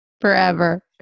forever